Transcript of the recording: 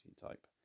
type